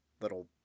little